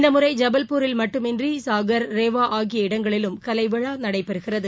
இந்த முறை ஜபல்பூரில் மட்டுமின்றி சாகர் ரேவா ஆகிய இடங்களிலும் கலைவிழா நடைபெறுகிறது